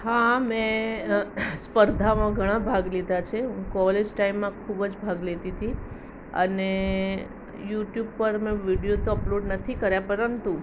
હા મેં સ્પર્ધામાં ઘણા ભાગ લીધા છે હું કોલેજ ટાઈમમાં ખૂબજ ભાગ લેતી હતી અને યુટ્યુબ પર મેં વિડીયો તો અપલોડ નથી કર્યા પરંતુ